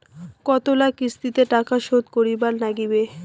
কতোলা কিস্তিতে টাকা শোধ করিবার নাগীবে?